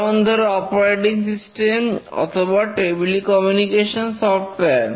যেমন ধরো operating system অথবা টেলিকমিউনিকেশন সফটওয়্যার